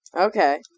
Okay